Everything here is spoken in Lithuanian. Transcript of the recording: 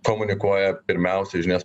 komunikuoja pirmiausia žinias